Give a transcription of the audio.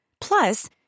Plus